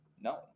No